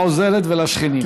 לעוזרת ולשכנים.